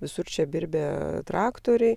visur čia birbia traktoriai